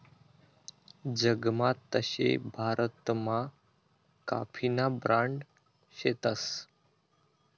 जगमा तशे भारतमा काफीना ब्रांड शेतस